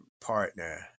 partner